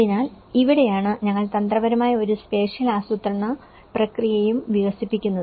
അതിനാൽ ഇവിടെയാണ് ഞങ്ങൾ തന്ത്രപരമായ ഒരു സ്പേഷ്യൽ ആസൂത്രണ പ്രക്രിയയും വികസിപ്പിക്കുന്നത്